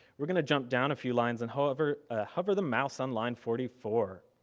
we're gonna jump down a few lines and hover ah hover the mouse on line forty four.